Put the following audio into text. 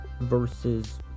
versus